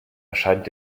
erscheint